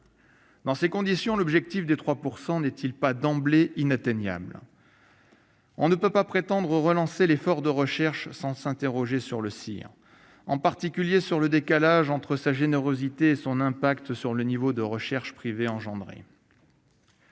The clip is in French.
Dans ces conditions, l'objectif des 3 % n'est-il pas d'emblée inatteignable ? On ne peut pas prétendre relancer l'effort de recherche sans s'interroger sur le CIR, en particulier sur le décalage entre sa générosité et son impact sur le niveau de recherche privée.